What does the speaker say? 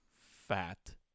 fat